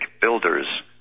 builders